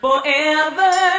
Forever